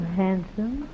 handsome